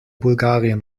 bulgarien